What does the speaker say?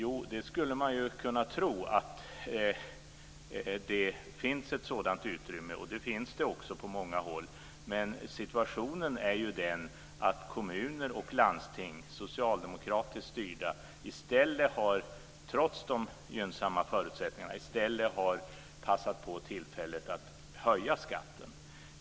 Man skulle kunna tro att det finns ett sådant utrymme, och det gör det också på många håll, men situationen är ju i stället den att socialdemokratiskt styrda kommuner och landsting trots de gynnsamma förutsättningarna har passat på tillfället att höja skatten.